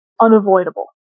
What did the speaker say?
unavoidable